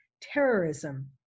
terrorism